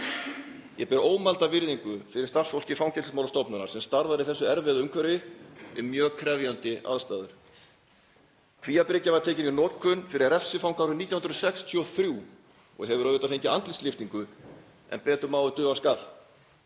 Ég ber ómælda virðingu fyrir starfsfólki Fangelsismálastofnunar sem starfar í þessu erfiða umhverfi við mjög krefjandi aðstæður. Kvíabryggja var tekin í notkun fyrir refsifanga árið 1963 og hefur auðvitað fengið andlitslyftingu, en betur má ef duga skal.